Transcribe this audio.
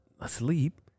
asleep